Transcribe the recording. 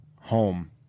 home